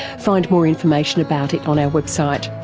find more information about it on our website.